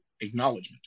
acknowledgement